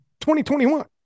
2021